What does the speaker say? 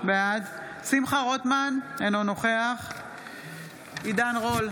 בעד שמחה רוטמן, אינו נוכח עידן רול,